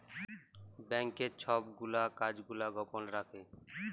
ব্যাংকের ছব গুলা কাজ গুলা গপল রাখ্যে